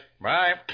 Bye